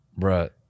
Bruh